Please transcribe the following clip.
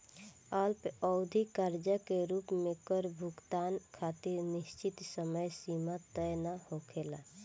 अल्पअवधि कर्जा के रूप में कर भुगतान खातिर निश्चित समय सीमा तय ना होखेला